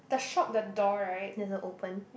there's a open